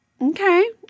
okay